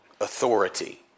authority